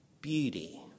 beauty